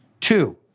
Two